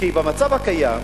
כי במצב הקיים,